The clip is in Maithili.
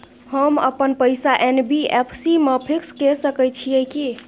हम अपन पैसा एन.बी.एफ.सी म फिक्स के सके छियै की?